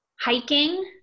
hiking